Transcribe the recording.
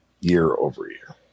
year-over-year